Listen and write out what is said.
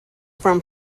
from